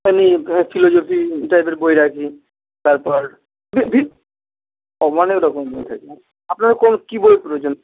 এমনি ফিলোজফি টাইপের বই রাখি তারপর বলছি অনেক রকম বই থাকে আপনার কোন কী বই প্রয়োজন